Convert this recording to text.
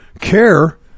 care